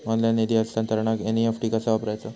Online निधी हस्तांतरणाक NEFT कसा वापरायचा?